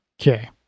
okay